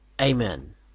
Amen